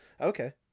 okay